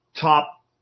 top